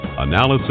analysis